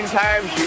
times